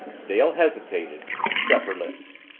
dale hesitated shut her lips.